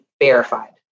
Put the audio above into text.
verified